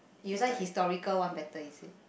you like historical one better is it